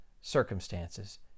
circumstances